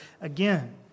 again